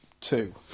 two